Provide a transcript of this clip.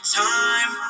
time